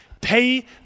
pay